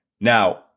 Now